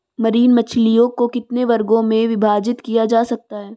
Marine मछलियों को कितने वर्गों में विभाजित किया जा सकता है?